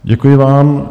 Děkuji vám.